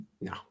no